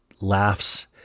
laughs